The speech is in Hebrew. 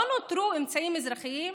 לא נותרו אמצעים אזרחיים?